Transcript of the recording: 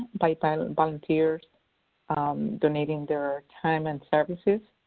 by by volunteers donating their time and services,